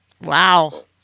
Wow